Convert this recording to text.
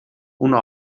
una